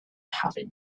having